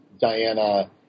Diana